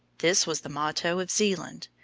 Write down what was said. this was the motto of zeeland,